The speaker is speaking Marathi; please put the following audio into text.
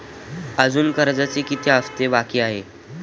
अजुन कर्जाचे किती हप्ते बाकी आहेत?